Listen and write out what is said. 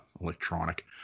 electronic